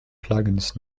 plugins